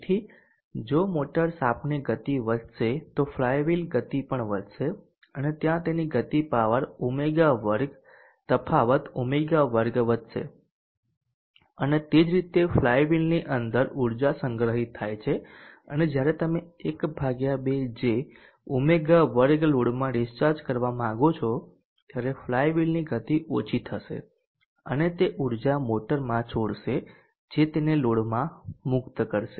તેથી જો મોટર શાફ્ટની ગતિ વધશે તો ફ્લાયવિલ ગતિ પણ વધશે અને ત્યાં તેની ગતિપાવર ω2 તફાવત ω2 વધશે અને તે જ રીતે ફ્લાયવિલની અંદર ઉર્જા સંગ્રહિત થાય છે અને જ્યારે તમે ½J ω2 લોડમાં ડિસ્ચાર્જ કરવા માંગો છો ત્યારે ફ્લાયવીલની ગતિ ઓછી થશે અને તે ઉર્જા મોટરમાં છોડશે જે તેને લોડમાં મુક્ત કરશે